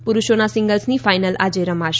પુરુષોના સિંગલ્સની ફાઈનલ આજે રમાશે